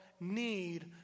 need